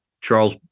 Charles